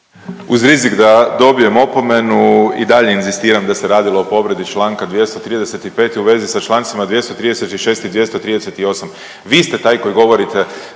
Uz rizik da dobijem opomenu i dalje inzistiram da se radilo o povredi članka 235. u vezi sa čl. 236. i 238. Vi ste taj koji govorite